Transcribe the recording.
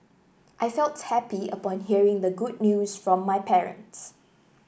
I felt happy upon hearing the good news from my parents